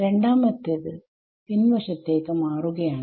രണ്ടാമത്തേത് പിൻവശത്തേക്ക് മാറുകയാണ്